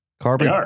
Carbon